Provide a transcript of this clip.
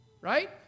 Right